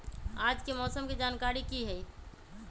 आज के मौसम के जानकारी कि हई?